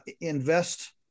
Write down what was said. invest